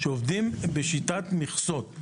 שעובדים בשיטת מכסות.